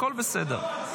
הכול בסדר.